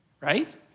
right